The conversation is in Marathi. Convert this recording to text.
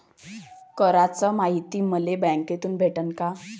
कराच मायती मले बँकेतून भेटन का?